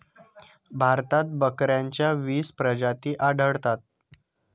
भारतात बकऱ्यांच्या वीस प्रजाती आढळतात